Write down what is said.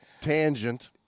tangent